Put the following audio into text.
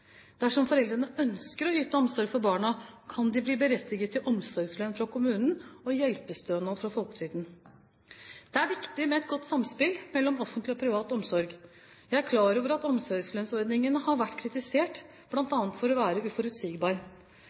Dersom foreldrene ønsker å yte omsorg for barna, kan de bli berettiget til omsorgslønn fra kommunen og hjelpestønad fra folketrygden. Det er viktig med et godt samspill mellom offentlig og privat omsorg. Jeg er klar over at omsorgslønnsordningen har vært kritisert, bl.a. for å være uforutsigbar.